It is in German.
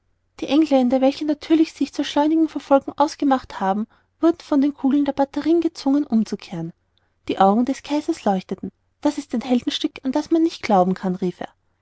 die engländer welche natürlich sich zur schleunigen verfolgung aufgemacht hatten wurden von den kugeln der batterien gezwungen umzukehren die augen des kaisers leuchteten das ist ein heldenstück an das man nicht glauben kann rief er